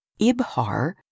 Ibhar